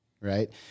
right